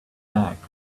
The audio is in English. back